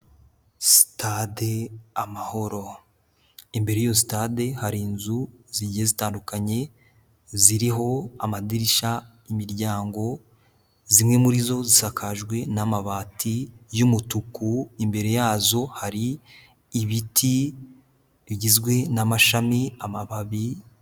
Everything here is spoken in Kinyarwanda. Sitade amahoro! Imbere y'iyo sitade hari inzu zigiye zitandukanye, ziriho amadirishya, imiryango, zimwe muri zo zisakajwe n'amabati y'umutuku; imbere yazo hari ibiti bigizwe n'amashami, amababi...